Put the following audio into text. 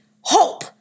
Hope